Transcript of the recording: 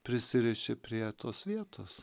prisiriši prie tos vietos